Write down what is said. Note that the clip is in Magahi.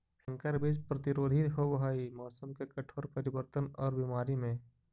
संकर बीज प्रतिरोधी होव हई मौसम के कठोर परिवर्तन और बीमारी में